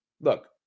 look